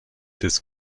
des